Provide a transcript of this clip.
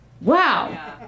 Wow